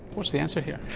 what's the answer here?